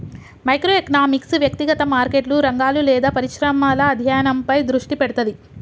micro economics వ్యక్తిగత మార్కెట్లు, రంగాలు లేదా పరిశ్రమల అధ్యయనంపై దృష్టి పెడతది